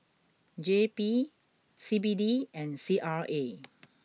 J P C B D and C R A